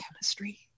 chemistry